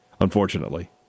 unfortunately